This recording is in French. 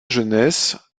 jeunesse